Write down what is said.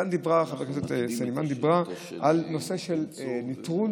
חברת הכנסת סלימאן דיברה על נושא של נטרול